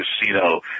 casino